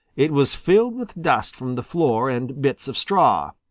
it was filled with dust from the floor and bits of straw.